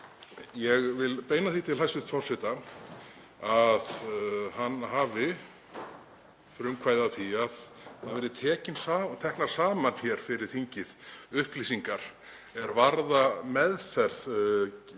ég vil beina því til hæstv. forseta að hann hafi frumkvæði að því að það verði teknar saman hér fyrir þingið upplýsingar er varða meðferð